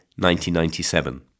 1997